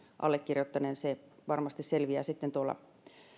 allekirjoittaneelle se varmasti selviää sitten tuolla